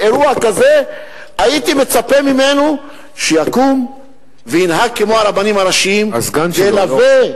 באירוע כזה הייתי מצפה ממנו שיקום וינהג כמו הרבנים הראשיים וילווה,